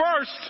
First